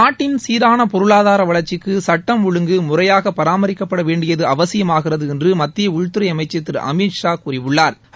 நாட்டின் சீரான பொருளாதார வளா்ச்சிக்கு சட்டம் ஒழுங்கு முறையாக பராமரிக்கப்பட வேண்டியது அவசியமாகிறது என்று மத்திய உள்துறை அமைச்சா் திரு அமித்ஷா கூறியுள்ளாா்